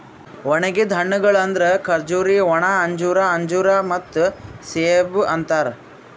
ಒಣುಗಿದ್ ಹಣ್ಣಗೊಳ್ ಅಂದುರ್ ಖಜೂರಿ, ಒಣ ಅಂಗೂರ, ಅಂಜೂರ ಮತ್ತ ಸೇಬು ಅಂತಾರ್